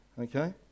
Okay